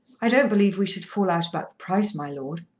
i don't believe we should fall out about the price, my lord.